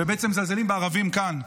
ובעצם מזלזלים בערבים כאן.